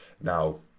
now